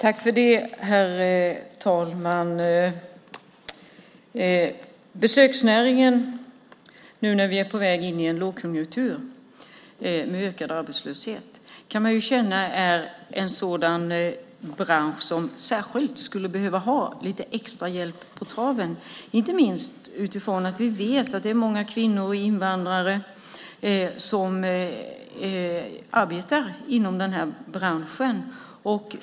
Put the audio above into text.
Herr talman! Vi är på väg in i en lågkonjunktur med ökad arbetslöshet, och då kan man känna att besöksnäringen är en sådan bransch som behöver extra hjälp på traven. Vi vet att många kvinnor och invandrare arbetar i branschen.